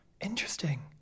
Interesting